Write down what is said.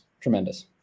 tremendous